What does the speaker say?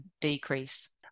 decrease